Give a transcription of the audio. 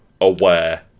aware